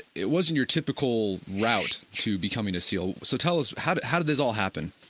it wasn't your typical route to becoming a seal. so, tell us how how did this all happen?